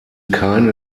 keine